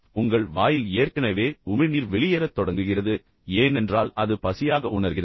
பின்னர் உங்கள் வாயில் ஏற்கனவே உமிழ்நீர் வெளியேறத் தொடங்குகிறது ஏனென்றால் அது பசியாக உணர்கிறது